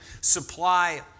supply